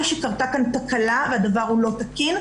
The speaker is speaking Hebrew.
שקרתה כאן תקלה והדבר הוא לא תקין.